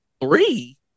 Three